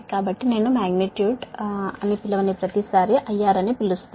కాబట్టి నేను magnitude magnitude అని ప్రతిసారీ పిలవడం లేదు నేను IR అని పిలుస్తాను